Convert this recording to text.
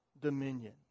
dominion